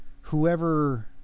whoever